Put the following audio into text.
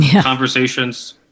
conversations